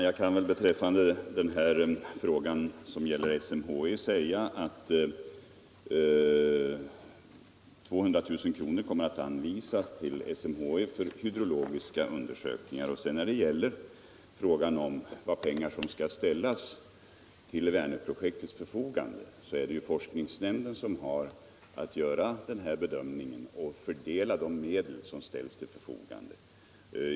Herr talman! Beträffande frågan. om SMHI kan jag säga att 200 000 kr. kommer att anvisas till SMHI för hydrologiska undersökningar. När det sedan gäller hur mycket pengar som skall ställas till Vänerprojektets förfogande, så är det ju forskningsnämnden som har att göra bedömningen och fördela de medel som är tillgängliga.